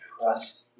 trust